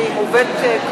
והיא מובאת,